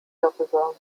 darüber